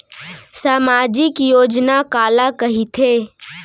सामाजिक योजना काला कहिथे?